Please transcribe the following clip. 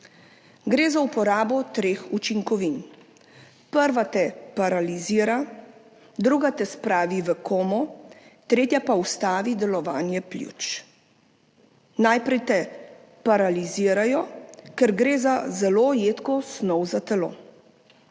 Gre za uporabo treh učinkovin – prva te paralizira, druga te spravi v komo, tretja pa ustavi delovanje pljuč. Najprej te paralizirajo, ker gre za zelo jedko snov za telo.